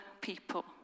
people